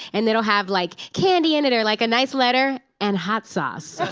and it'll have like candy in it or like a nice letter and hot sauce.